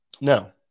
Now